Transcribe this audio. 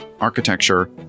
architecture